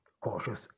cautious